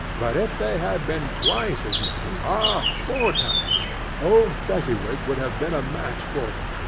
but if they had been twice as many ah, four times old fezziwig would have been a match for them,